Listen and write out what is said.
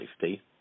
safety